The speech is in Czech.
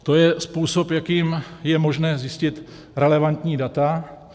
To je způsob, jakým je možné zjistit relevantní data.